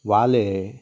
वाले